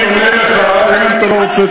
מגלגל עיניים לשמים.